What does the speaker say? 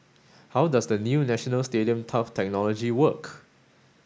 how does the new National Stadium turf technology work